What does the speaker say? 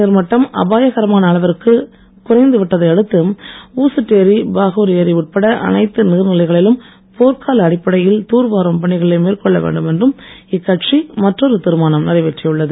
நீர்மட்டம் அபாயகரமான அளவிற்கு குறைத்து விட்டதை அடுத்து ஊசுட்டேரி பாகூர் ஏரி உட்பட அனைத்து நீர்நிலைகளிலும் போர்க்கால அடிப்படையில் தூர்வாரும் பணிகளை மேற்கொள்ள வேண்டும் என்றும் இக்கட்சி மற்றொரு தீர்மானம் நிறைவேற்றியுள்ளது